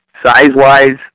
Size-wise